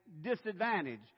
disadvantage